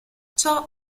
ciò